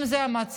אם זה המצב,